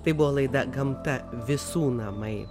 tai buvo laida gamta visų namai